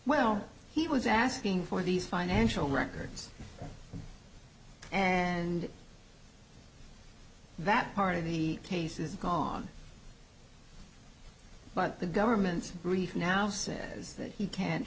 well he was asking for these financial records and that part of the case is gone but the government's brief now says that he can't